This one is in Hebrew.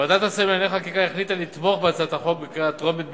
ועדת השרים לענייני חקיקה החליטה לתמוך בהצעת החוק בקריאה הטרומית,